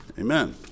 Amen